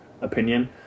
opinion